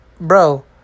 bro